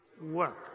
work